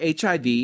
HIV